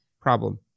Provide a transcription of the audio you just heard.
problem